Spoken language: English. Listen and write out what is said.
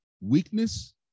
weakness